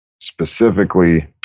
specifically